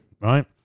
Right